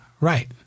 Right